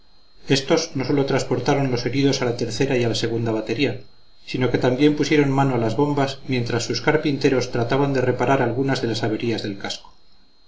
estos no sólo transportaron los heridos a la tercera y a la segunda batería sino que también pusieron mano a las bombas mientras sus carpinteros trataban de reparar algunas de las averías del casco